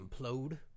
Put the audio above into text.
implode